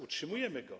Utrzymujemy go.